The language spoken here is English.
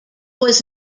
was